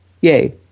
yay